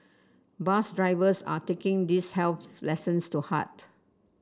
bus drivers are taking these health lessons to heart